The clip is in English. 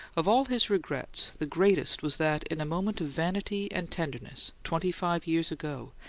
of all his regrets the greatest was that in a moment of vanity and tenderness, twenty-five years ago,